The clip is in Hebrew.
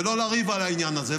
ולא לריב על העניין הזה.